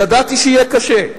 ידעתי שיהיה קשה,